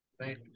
Right